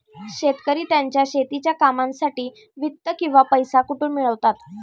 शेतकरी त्यांच्या शेतीच्या कामांसाठी वित्त किंवा पैसा कुठून मिळवतात?